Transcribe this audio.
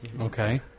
Okay